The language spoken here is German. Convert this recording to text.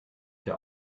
der